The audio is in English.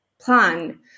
plan